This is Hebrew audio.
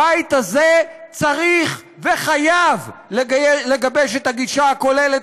הבית הזה צריך וחייב לגבש את הגישה הכוללת